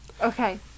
Okay